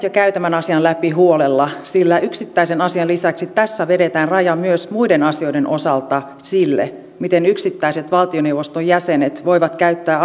ja käy tämän asian läpi huolella sillä yksittäisen asian lisäksi tässä vedetään raja myös muiden asioiden osalta sille miten yksittäiset valtioneuvoston jäsenet voivat käyttää